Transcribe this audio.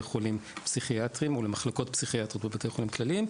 חולים פסיכיאטריים ולמחלקות פסיכיאטריות בבתי חולים כלליים,